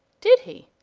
did he?